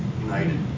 united